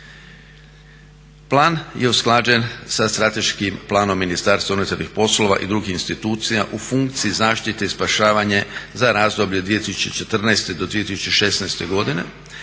Plan je usklađen sa strateškim planom Ministarstva unutarnjih poslova i drugih institucija u funkciji zaštite i spašavanja za razdoblje 2014.-2016.godine,